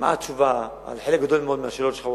כמעט תשובה על חלק גדול מאוד מהשאלות שלך,